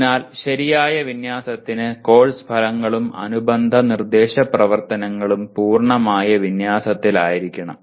അതിനാൽ ശരിയായ വിന്യാസത്തിന് കോഴ്സ് ഫലങ്ങളും അനുബന്ധ നിർദ്ദേശ പ്രവർത്തനങ്ങളും പൂർണ്ണമായ വിന്യാസത്തിലായിരിക്കണം